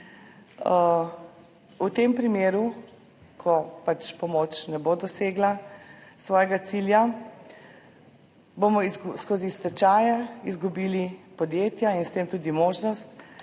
V tem primeru, ko pomoč ne bo dosegla svojega cilja, bomo skozi stečaje izgubili podjetja in s tem tudi možnost,